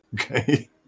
Okay